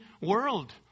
world